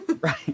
right